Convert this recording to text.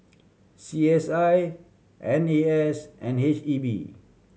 C S I M E S and H E B